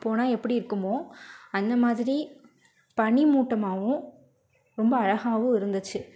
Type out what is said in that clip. போனால் எப்படியிருக்குமோ அந்தமாதிரி பனிமூட்டமாகவும் ரொம்ப அழகாகவும் இருந்துச்சு